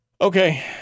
Okay